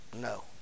no